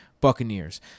Buccaneers